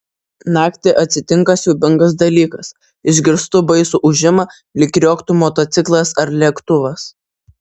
naktį atsitinka siaubingas dalykas išgirstu baisų ūžimą lyg krioktų motociklas ar lėktuvas